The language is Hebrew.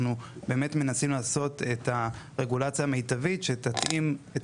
אנחנו באמת מנסים לעשות את הרגולציה מיטבית שתתאים את